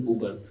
Uber